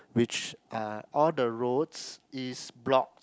which uh all the roads is blocked